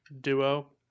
duo